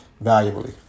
valuably